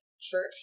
church